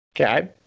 Okay